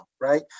right